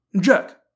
Jack